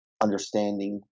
understanding